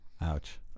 Ouch